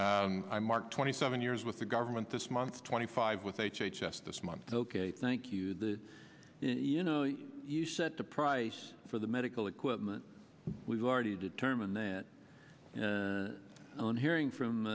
i mark twenty seven years with the government this month twenty five with h h s this month ok thank you the you know you set the price for the medical equipment we've already determined that on hearing from